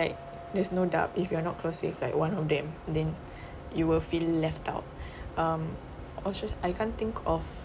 like there's no doubt if you are not close with like one of them then you will feel left out um ostraci~ I can't think of